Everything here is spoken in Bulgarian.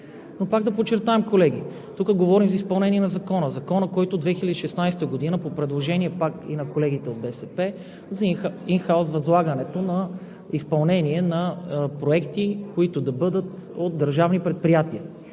Пак подчертавам, колеги, тук говорим за изпълнение на Закона – Законът, който е от 2016 г. и е по предложение на колегите от БСП, за инхаус възлагането на изпълнението на проекти, които да бъдат от държавни предприятия.